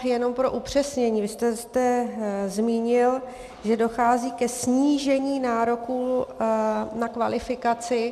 Jenom pro upřesnění, vy jste zde zmínil, že dochází ke snížení nároků na kvalifikaci.